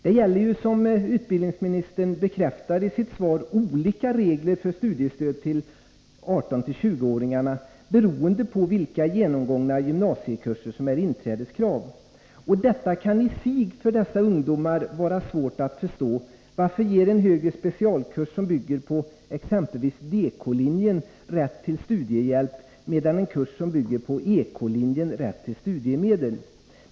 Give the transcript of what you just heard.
Det gäller, som utbildningsministern bekräftar i sitt svar, olika regler för studiestödet till 18-20-åringarna beroende på vilka genomgångna gymnasiekurser som är inträdeskrav. Detta kan i sig vara svårt för dessa ungdomar att förstå. Varför ger en högre specialkurs som bygger på exempelvis Dk-linjen rätt till studiehjälp medan en kurs som bygger på Ek-linjen ger rätt tillstudiemedel?